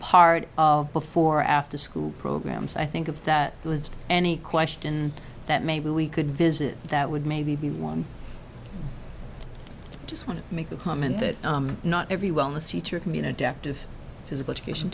part of before or after school programs i think of that list any question that maybe we could visit that would maybe be one just want to make the comment that not every wellness teacher can be an adaptive physical education